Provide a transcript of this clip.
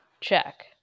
check